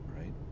right